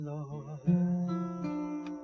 Lord